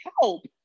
Help